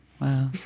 Wow